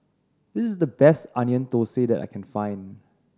this is the best Onion Thosai that I can find